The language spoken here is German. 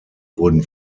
wurden